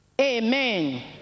Amen